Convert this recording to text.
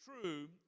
true